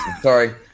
Sorry